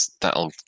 that'll